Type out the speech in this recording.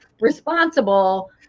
responsible